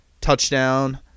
touchdown